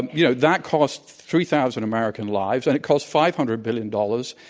you know, that cost three thousand american lives, and it cost five hundred billion dollars,